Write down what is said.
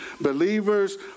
believers